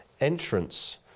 Entrance